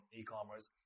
e-commerce